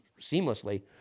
seamlessly